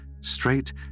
straight